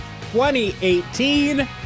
2018